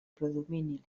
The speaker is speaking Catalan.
predomini